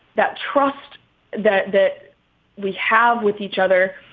that trust that that we have with each other,